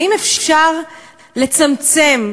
האם אפשר לצמצם,